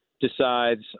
decides